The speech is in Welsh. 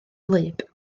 wlyb